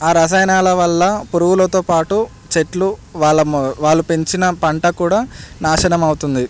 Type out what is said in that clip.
ఆ రసాయనాల వల్ల పురుగులతో పాటు చెట్లు వాళ్ళ వాళ్ళు పెంచిన పంట కూడా నాశనం అవుతుంది